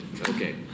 Okay